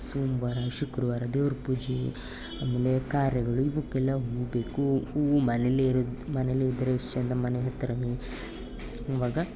ಸೋಮವಾರ ಶುಕ್ರವಾರ ದೇವ್ರ ಪೂಜೆ ಆಮೇಲೆ ಕಾರ್ಯಗಳು ಇವುಕ್ಕೆಲ್ಲ ಹೂವು ಬೇಕು ಹೂವು ಮನೇಲೆ ಇರೋದು ಮನೇಲೆ ಇದ್ದರೆ ಎಷ್ಟು ಚೆಂದ ಮನೆ ಹತ್ರ ಅವಾಗ